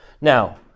Now